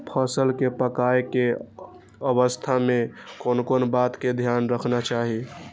फसल के पाकैय के अवस्था में कोन कोन बात के ध्यान रखना चाही?